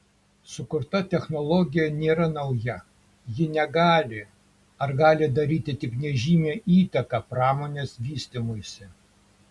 sukurta technologija nėra nauja ji negali ar gali daryti tik nežymią įtaką pramonės vystymuisi